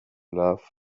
love